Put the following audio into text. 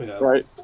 Right